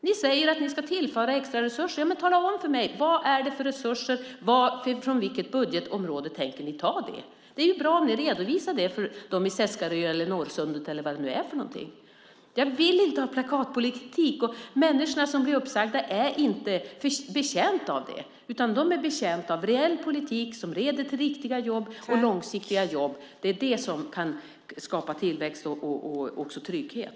Ni säger att ni ska tillföra extraresurser. Tala om för mig vilka resurser det är och från vilket budgetområde ni tänker ta dem. Det är bra att ni redovisar det för dem i Seskarö, Norrsundet eller var det är någonstans. Jag vill inte ha plakatpolitik. Människorna som blir uppsagda är inte betjänta av det. De är betjänta av reell politik som leder till riktiga och långsiktiga jobb. Det kan skapa tillväxt och också trygghet.